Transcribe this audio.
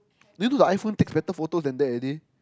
do you know the iPhone takes better photos than that already